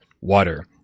water